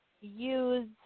use